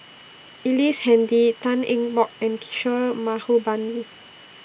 Ellice Handy Tan Eng Bock and Kishore Mahbubani